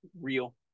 real